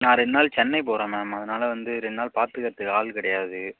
நான் ரெண்டு நாள் சென்னை போகிறேன் மேம் அதனால் வந்து ரெண்டு நாள் பார்த்துக்கறத்துக்கு ஆள் கிடையாது